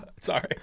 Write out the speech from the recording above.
Sorry